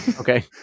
Okay